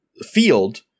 field